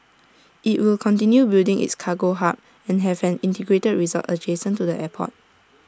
IT will continue building its cargo hub and have an integrated resort adjacent to the airport